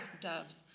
doves